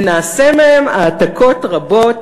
ונעשה מהם העתקות רבות.